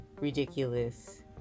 ridiculous